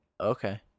Okay